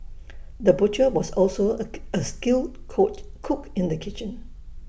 the butcher was also A A skilled caught cook in the kitchen